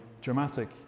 dramatic